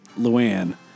Luann